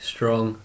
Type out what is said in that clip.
Strong